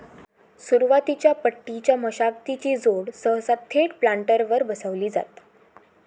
सुरुवातीच्या पट्टीच्या मशागतीची जोड सहसा थेट प्लांटरवर बसवली जाता